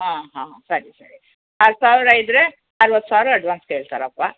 ಹಾಂ ಹಾಂ ಸರಿ ಸರಿ ಆರು ಸಾವಿರ ಇದ್ದರೆ ಅರ್ವತ್ತು ಸಾವಿರ ಅಡ್ವಾನ್ಸ್ ಕೇಳ್ತಾರಪ್ಪ